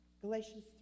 Galatians